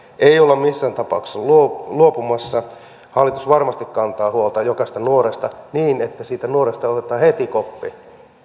ei olla missään tapauksessa luopumassa hallitus varmasti kantaa huolta jokaisesta nuoresta niin että siitä nuoresta otetaan heti koppi